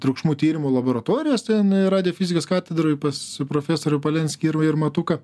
triukšmų tyrimų laboratorijos ten radiofizikos katedroj pas profesorių palenskį ir ir matuką